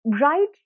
right